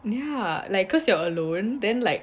ya like cause you are alone then like